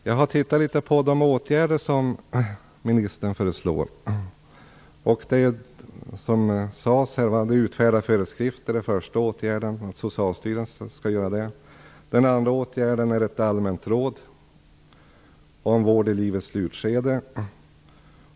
Jag har tittat litet på de åtgärder som socialministern föreslår. Att Socialstyrelsen skall utfärda föreskrifter är den första åtgärden. Den andra åtgärden är ett Allmänt råd om vård i livets slutskede.